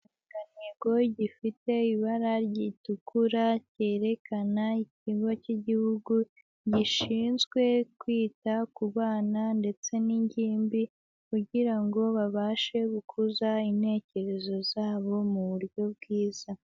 Ikirangantego gifite ibara ritukura ryerekana ikigo k'igihugu gishinzwe kwita ku bana ndetse n'ingimbi, kugira ngo babashe gukuza intekerezo zabo mu buryo bwiza.